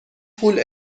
پول